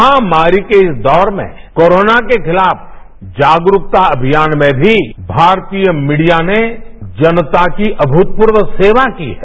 महामारी को इस दौर में कोरोना के खिलाफ जागरूकता अभियानमें भी भारतीय मीडिया ने जनता की अभूतपूर्व सेवा की है